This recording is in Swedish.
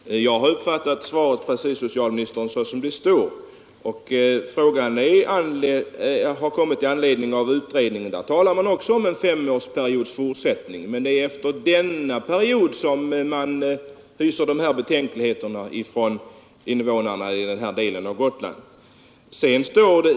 Herr talman! Jag har uppfattat svaret precis efter ordalydelsen. Frågan har ställts i anledning av utredningen. I den talar man också om femårsperiodens fortsättning, men det är för perioden därefter som invånarna i denna del av Gotland hyser oro.